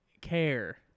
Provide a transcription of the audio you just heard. care